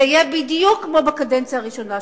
זה יהיה בדיוק כמו בקדנציה הראשונה שלך.